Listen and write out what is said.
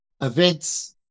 events